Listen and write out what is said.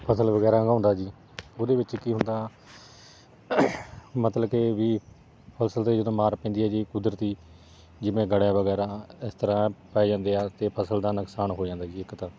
ਫ਼ਸਲ ਵਗੈਰਾ ਉਗਾਉਂਦਾ ਜੀ ਉਹਦੇ ਵਿੱਚ ਕੀ ਹੁੰਦਾ ਮਤਲਬ ਕੇ ਵੀ ਫ਼ਸਲ 'ਤੇ ਜਦੋਂ ਮਾਰ ਪੈਂਦੀ ਹੈ ਜੀ ਕੁਦਰਤੀ ਜਿਵੇਂ ਗੜੇ ਵਗੈਰਾ ਇਸ ਤਰ੍ਹਾਂ ਪੈ ਜਾਂਦੇ ਹੈ ਅਤੇ ਫ਼ਸਲ ਦਾ ਨੁਕਸਾਨ ਹੋ ਜਾਂਦਾ ਜੀ ਇੱਕ ਤਾਂ